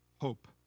hope